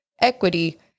equity